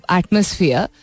atmosphere